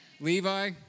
Levi